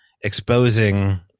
exposing